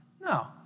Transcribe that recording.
No